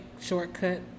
Shortcut